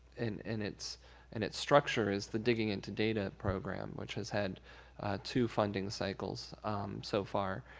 and in its and its structure is the digging into data program, which has had two funding cycles so far.